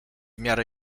miarę